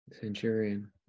centurion